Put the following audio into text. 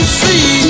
see